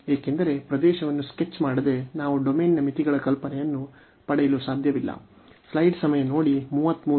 ಏಕೆಂದರೆ ಪ್ರದೇಶವನ್ನು ಸ್ಕೆಚ್ ಮಾಡದೆ ನಾವು ಡೊಮೇನ್ನ ಮಿತಿಗಳ ಕಲ್ಪನೆಯನ್ನು ಪಡೆಯಲು ಸಾಧ್ಯವಿಲ್ಲ